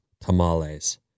tamales